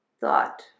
thought